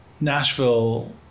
Nashville